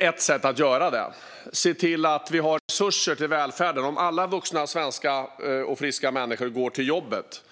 Ett sätt att göra det bättre och se till att vi har resurser till välfärden är att alla vuxna svenska och friska människor går till jobbet.